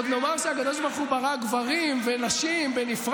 עוד לומר שהקדוש ברוך הוא ברא גברים ונשים בנפרד,